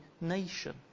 nation